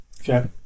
Okay